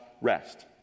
rest